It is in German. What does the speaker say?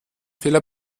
fehler